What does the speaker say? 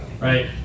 right